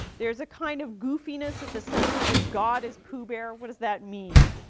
there is a kind of goofiness at the center of it, god is pooh bear. what does that mean?